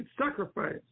sacrifice